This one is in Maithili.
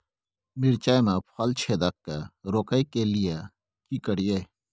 मिर्चाय मे फल छेदक के रोकय के लिये की करियै?